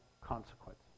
consequence